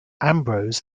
ambrose